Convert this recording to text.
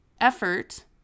effort